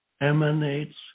emanates